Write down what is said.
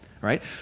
right